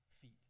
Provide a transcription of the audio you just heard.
feet